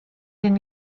den